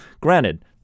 granted